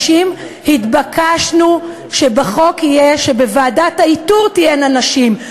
התבקשנו שיהיה בחוק שבוועדת האיתור תהיינה נשים,